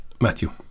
Matthew